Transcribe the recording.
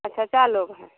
अच्छा चार लोग हैं